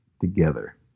together